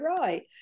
right